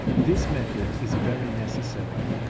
this method is very necessary,